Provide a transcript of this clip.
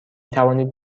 توانید